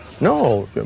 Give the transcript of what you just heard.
No